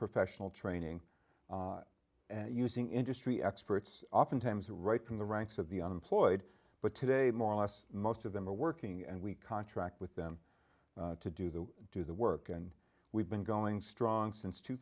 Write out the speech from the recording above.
professional training using industry experts oftentimes right from the ranks of the unemployed but today more or less most of them are working and we contract with them to do the do the work and we've been going strong since two